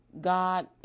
God